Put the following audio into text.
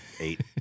Eight